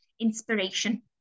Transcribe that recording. inspiration